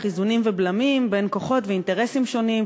איזונים ובלמים בין כוחות ואינטרסים שונים,